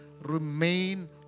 remain